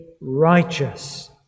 righteous